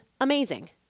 amazing